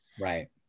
Right